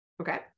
Okay